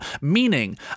meaning